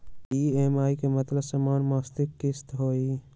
EMI के मतलब समान मासिक किस्त होहई?